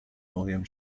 william